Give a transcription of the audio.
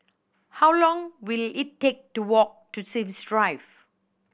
how long will it take to walk to Sims Drive